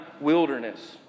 wilderness